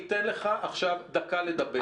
מבקש דקה לדבר.